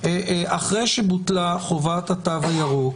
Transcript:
אחרי שבוטלה חובת התו הירוק,